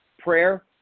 Prayer